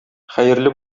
хәерле